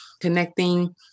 connecting